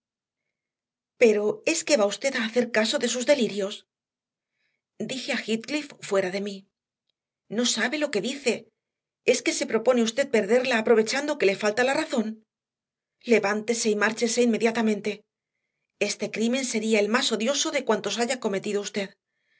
pero es que va usted a hacer caso de sus delirios dije a heathcliff fuera de mí no sabe lo que dice es que se propone usted perderla aprovechando que le falta la razón levántese y márchese inmediatamente este crimen sería el más odioso de cuantos haya cometido usted